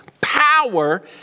power